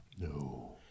No